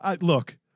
Look